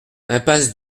impasse